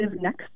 next